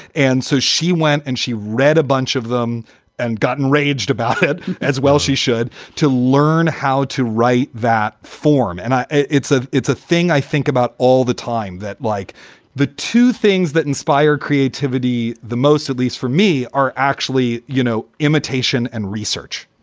and so she went and she read a bunch of them and gotten raged about it as well. she should to learn how to write that form. and it's a it's a thing i think about all the time that like the two things that inspire creativity the most, at least for me, are actually, you know, imitation and research,